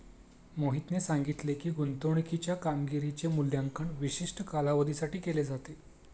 मोहितने सांगितले की, गुंतवणूकीच्या कामगिरीचे मूल्यांकन विशिष्ट कालावधीसाठी केले जाते